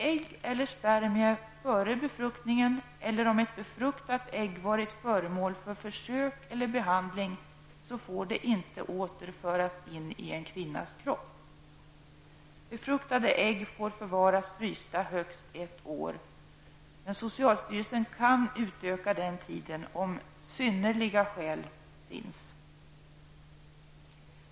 Ägg eller spermier och befruktade ägg som varit föremål för försök eller behandling får inte föras in i en kvinnas kropp. Befruktade ägg får förvaras frysta högst ett år, men socialstyrelsen kan utöka den tiden om synnerliga skäl föreligger.